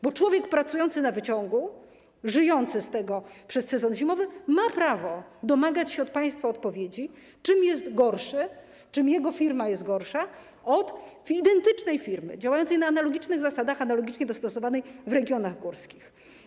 Bo człowiek pracujący na wyciągu, żyjący z tego w trakcie sezonu zimowego ma prawo domagać się od państwa odpowiedzi na pytanie, w czym jest gorszy, w czym jego firma jest gorsza od identycznej, działającej na analogicznych zasadach firmy, analogicznie dostosowanej w regionach górskich.